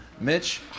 Mitch